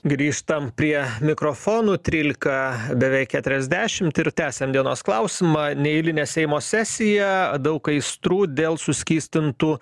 grįžtam prie mikrofonų trylika beveik keturiasdešimt ir tęsiam dienos klausimą neeilinė seimo sesija daug aistrų dėl suskystintų